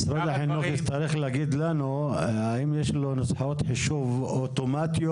משרד החינוך יצטרך להגיד לנו האם יש לו נוסחאות חישוב אוטומטיות